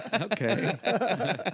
Okay